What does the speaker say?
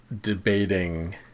debating